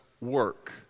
work